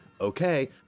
Okay